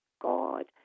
God